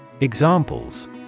Examples